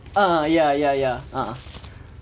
ah ya ya ya ah